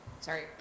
sorry